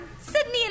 Sydney